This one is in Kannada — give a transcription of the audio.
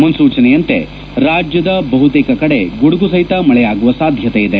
ಮುನ್ಸೂ ಚನೆಯಂತೆ ರಾಜ್ಯದ ಬಹುತೇಕ ಕಡೆ ಗುಡುಗು ಸಹಿತ ಮಳೆಯಾಗುವ ಸಾಧ್ಯತೆ ಇದೆ